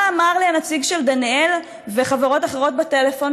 מה אמר לי הנציג של דנאל וחברות אחרות בטלפון?